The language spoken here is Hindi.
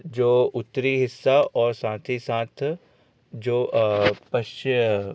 जो उतरी हिस्सा और साथ ही साथ जो पश्चय